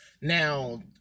Now